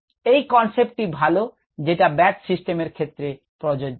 এই কনসেপ্টটি ভালো যেটা ব্যাচ সিস্টেমের ক্ষেত্রে প্রযোজ্য